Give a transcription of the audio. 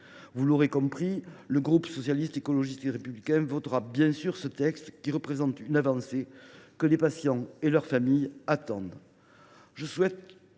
mes chers collègues, le groupe Socialiste, Écologiste et Républicain votera bien évidemment ce texte, qui représente une avancée que les patients et leur famille attendent.